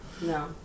No